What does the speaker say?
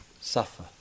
suffer